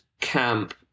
camp